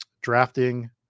drafting